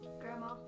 Grandma